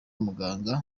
muganga